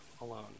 alone